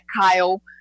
Kyle